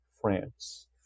France